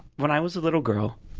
when i was a little girl